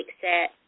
set